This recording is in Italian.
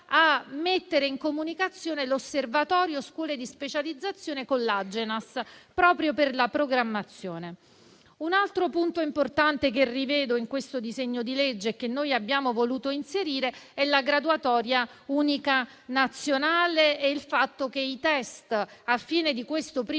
mettere in comunicazione l'Osservatorio scuole di specializzazione con l'Agenas, proprio per la programmazione. Un altro punto importante che rivedo nel disegno di legge e che noi abbiamo voluto inserire è la graduatoria unica nazionale e il fatto che i test previsti alla fine di questo primo